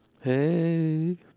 Hey